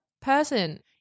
person